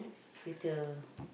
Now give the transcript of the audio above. you too